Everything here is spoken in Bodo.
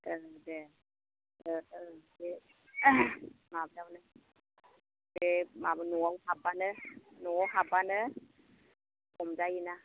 ओं दे औ ओं दे माबायावनो दे माबा न'आव हाबबानो न'आव हाबबानो हमजायो ना